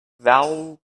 thou